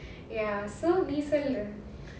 ya so நீ சொல்லு:nee sollu